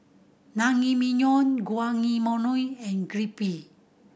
Naengmyeon Guacamole and Crepe